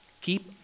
keep